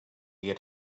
get